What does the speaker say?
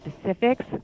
specifics